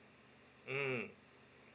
mm